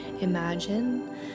imagine